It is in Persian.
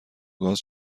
گاز